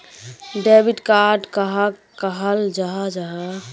Debit card कहाक कहाल जाहा जाहा?